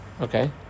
Okay